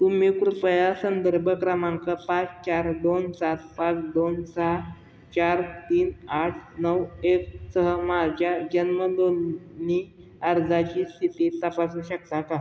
तुम्ही कृपया संदर्भ क्रमांक पाच चार दोन सात पाच दोन सहा चार तीन आठ नऊ एक सह माझ्या जन्म नोंदणी अर्जाची स्थिती तपासू शकता का